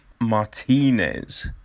Martinez